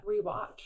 rewatch